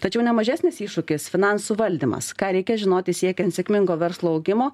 tačiau nemažesnis iššūkis finansų valdymas ką reikia žinoti siekiant sėkmingo verslo augimo